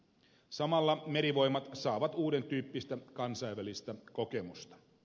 samalla merivoimat saavat uudentyyppistä kansainvälistä kokemusta